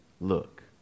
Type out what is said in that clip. look